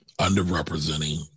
underrepresenting